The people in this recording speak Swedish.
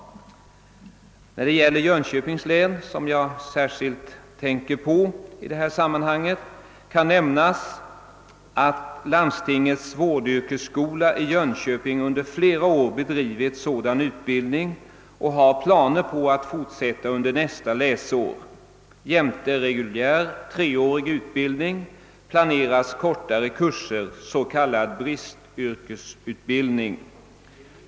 När det gäller Jönköpings län, som jag särskilt tänker på i detta sammanhang, kan nämnas att landstingets vårdyrkesskola i Jönköping under flera år bedrivit sådan utbildning och har planer på att fortsätta med det under nästa läsår. Jämte reguljär treårig utbildning planeras kortare kurser, s.k. bristyrkesutbildning.